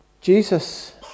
Jesus